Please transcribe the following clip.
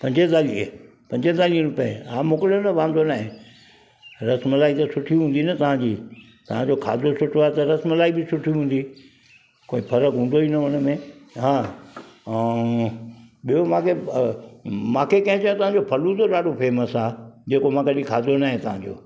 पंजतालीह पंजतालीह रुपिए हा मोकिलियो न वांदो न आहे रसमलाई त सुठी हूंदी न तव्हांजी तव्हांजो खाधो सुठो आहे त रसमलाई बि सुठी हूंदी कोई फ़रकु हूंदो ई न हुनमें हा ऐं ॿियो मूंखे मूंखे कंहिं चयो तव्हांजो फलूदो ॾाढो फेमस आहे जेको मां कॾहिं खाधो न आहे तव्हांजो